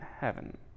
heaven